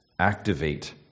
activate